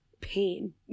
pain